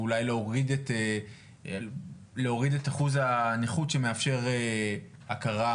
ואולי להוריד את אחוז הנכות שמאפשר הכרה,